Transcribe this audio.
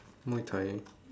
muay-thai